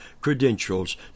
credentials